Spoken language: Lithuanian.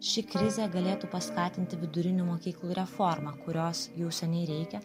ši krizė galėtų paskatinti vidurinių mokyklų reformą kurios jau seniai reikia